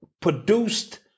produced